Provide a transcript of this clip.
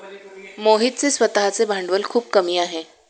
मोहितचे स्वतःचे भांडवल खूप कमी आहे